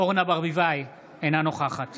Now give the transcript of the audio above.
אורנה ברביבאי, אינה נוכחת